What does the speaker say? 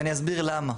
ואני אסביר למה.